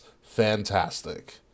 fantastic